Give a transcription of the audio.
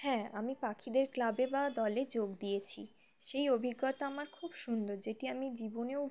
হ্যাঁ আমি পাখিদের ক্লাবে বা দলে যোগ দিয়েছি সেই অভিজ্ঞতা আমার খুব সুন্দর যেটি আমি জীবনেও